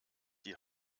die